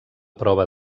prova